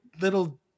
little